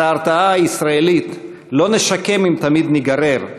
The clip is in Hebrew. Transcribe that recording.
את ההרתעה הישראלית לא נשקם אם תמיד ניגרר,